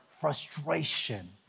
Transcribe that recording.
frustration